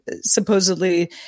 supposedly